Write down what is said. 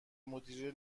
مدیره